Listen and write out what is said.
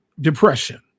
depression